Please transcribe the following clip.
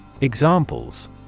Examples